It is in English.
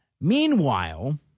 Meanwhile